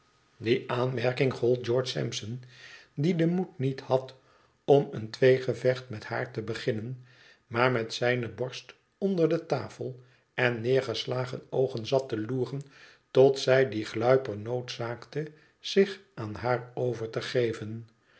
die aanmerking gold george sampson die den moed niet had om een tweegevecht met haar te beginnen maar met zijne borst onder de tafel en neergeslagen oogen zat te loeren totdat zij dien gluiper noodzaakte zich aan haar over te geven